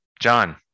John